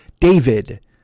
David